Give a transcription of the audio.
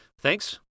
thanks